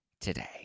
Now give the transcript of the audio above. today